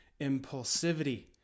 impulsivity